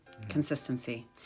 consistency